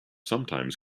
sometimes